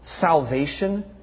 salvation